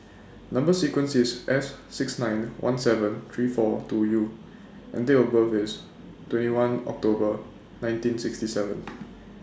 Number sequence IS S six nine one seven three four two U and Date of birth IS twenty one October nineteen sixty seven